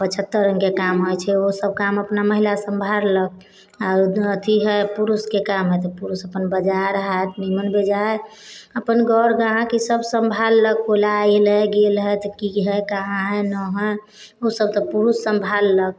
पछत्तर रङ्गके काम होइ छै ओ सभ काम अपना महिला सम्हारलक आओर अथि हय पुरुषके काम हय तऽ पुरुष अपन बजार हाट निमन बेजाय अपन गौर ग्राहक ई सभ सम्हारलक ओ गेल हय की हय कहाँ हय नहि हय ओ सभ तऽ पुरुष सम्हारलक